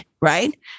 right